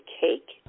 cake